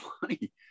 funny